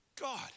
God